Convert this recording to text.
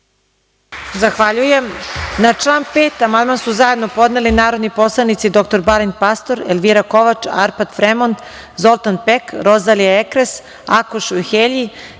Zahvaljujem. Na član 5. amandman su zajedno podneli narodni poslanici dr Balint Pastor, Elvira Kovač, Arpad Fremond, Zoltan Pek, Rozalija Ekres, Akoš Ujhelji,